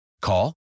Call